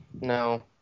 No